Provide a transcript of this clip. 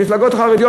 המפלגות החרדיות,